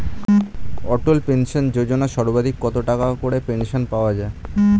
অটল pension যোজনা সর্বাধিক কত টাকা করে পেনশন পাওয়া যায়?